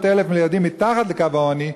800,000 ילדים מתחת לקו העוני,